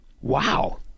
Wow